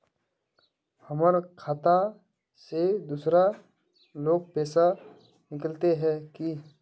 हमर खाता से दूसरा लोग पैसा निकलते है की?